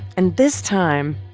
and this time,